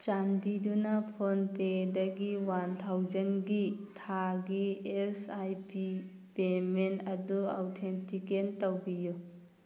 ꯆꯥꯟꯕꯤꯗꯨꯅ ꯐꯣꯟ ꯄꯦꯗꯒꯤ ꯋꯥꯟ ꯊꯥꯎꯖꯟꯒꯤ ꯊꯥꯒꯤ ꯑꯦꯁ ꯑꯥꯏ ꯄꯤ ꯄꯦꯃꯦꯟ ꯑꯗꯨ ꯑꯧꯊꯦꯟꯇꯤꯀꯦꯠ ꯇꯧꯕꯤꯌꯨ